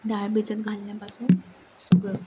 डाळ भिजत घालण्यापासून सगळं